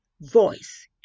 voice